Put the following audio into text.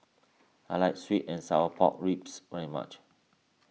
I like Sweet and Sour Pork Ribs very much